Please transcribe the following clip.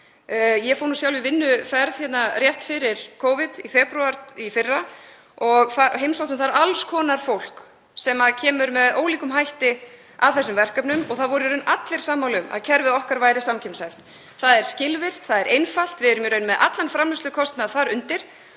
Ég fór sjálf í vinnuferð rétt fyrir Covid, í febrúar í fyrra, og heimsótti alls konar fólk sem kemur með ólíkum hætti að þessum verkefnum og það voru í raun allir sammála um að kerfið okkar væri samkeppnishæft. Það er skilvirkt, það er einfalt. Við erum í raun með allan framleiðslukostnað þar undir